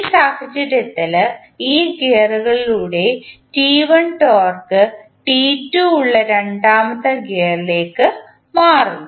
ഈ സാഹചര്യത്തിൽ ഈ ഗിയറുകളിലൂടെ ടോർക്ക് ഉള്ള രണ്ടാമത്തെ ഗിയറിലേക്ക് മാറ്റുന്നു